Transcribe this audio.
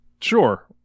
Sure